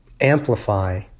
amplify